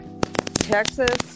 Texas